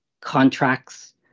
contracts